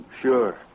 Sure